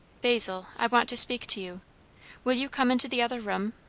basil i want to speak to you will you come into the other room?